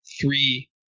three